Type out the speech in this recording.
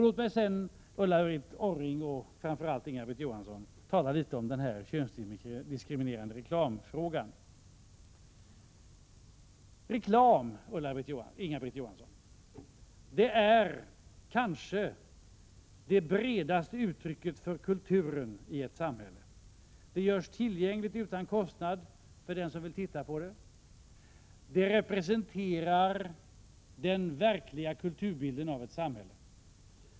Låg mig sedan, Ulla Orring och framför allt Inga-Britt Johansson, tala litet om könsdiskriminerande reklam. Reklam är, Inga-Britt Johansson, det kanske bredaste uttrycket för kulturen i ett samhälle. Den görs tillgänglig utan kostnad för den som vill titta på den. Den representerar den verkliga kulturbilden av ett samhälle.